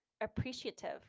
appreciative